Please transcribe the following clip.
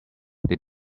they